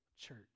church